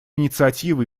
инициативы